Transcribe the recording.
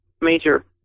major